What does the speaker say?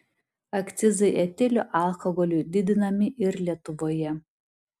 akcizai etilo alkoholiui didinami ir lietuvoje